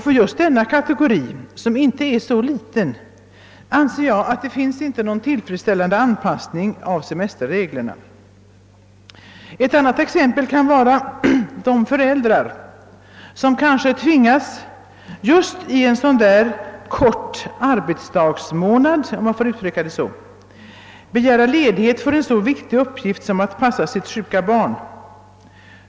För just denna kategori, som inte är så liten, finns det enligt min mening inte någon tillfredsställande anpassning av semesterreglerna. Ett annat exempel kan vara de föräldrar, som kanske just under en sådan »kort arbetsdagsmånad» — om jag får uttrycka det så tvingas begära ledighet för en så viktig uppgift som att passa sitt sjuka barn.